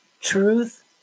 Truth